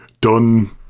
done